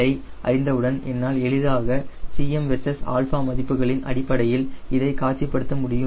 ஐ அறிந்தவுடன் என்னால் எளிதாக Cm வெர்சஸ் α மதிப்புகளின் அடிப்படையில் இதைக் காட்சிப்படுத்தி காணமுடியும்